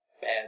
Bad